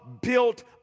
built